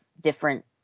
different